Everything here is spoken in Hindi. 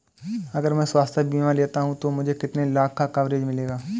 अगर मैं स्वास्थ्य बीमा लेता हूं तो मुझे कितने लाख का कवरेज मिलेगा?